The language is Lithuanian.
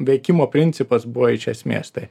veikimo principas buvo iš esmės tai